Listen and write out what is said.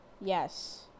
yes